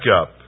up